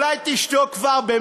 אולי תשתוק כבר?